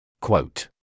Quote